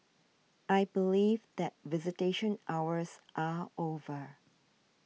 I believe that visitation hours are over